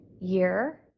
year